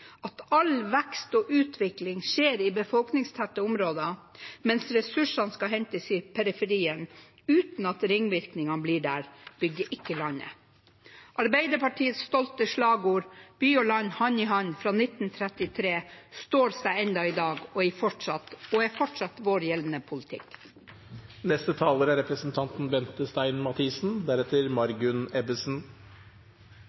at all vekst og utvikling skjer i befolkningstette områder, mens ressursene skal hentes i periferien uten at ringvirkningene blir der, bygger ikke landet. Arbeiderpartiets stolte slagord «By og land hand i hand» fra 1933 står seg ennå i dag, og er fortsatt vår gjeldende politikk. Det går veldig bra i Norge, men vi hviler ikke på laurbærene i Høyre. For det er